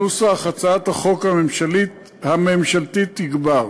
נוסח הצעת החוק הממשלתית יגבר.